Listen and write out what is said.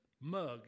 mug